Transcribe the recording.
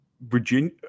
virginia